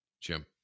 Jim